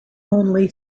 only